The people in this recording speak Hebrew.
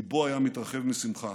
ליבו היה מתרחב משמחה.